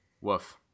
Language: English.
Woof